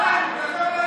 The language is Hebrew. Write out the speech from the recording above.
הוא רגוע.